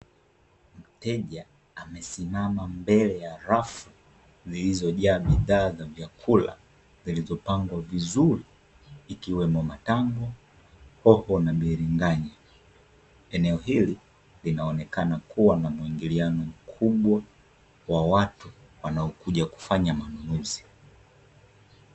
Mteja amesimama mbele ya rafu zilizojaa bidhaa za vyakula zilizopangwa vizuri ikiwemo matango, hoho, na biringanya. Eneo hili linaonekana kuwa na muingiliano mkubwa wa watu wanaokuja kufanya manunuzi.